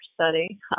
study